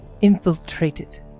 infiltrated